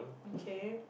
okay